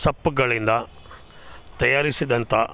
ಸೊಪ್ಗಳಿಂದ ತಯಾರಿಸಿದಂಥ